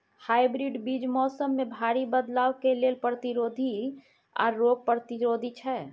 hybrid बीज मौसम में भारी बदलाव के लेल प्रतिरोधी आर रोग प्रतिरोधी छै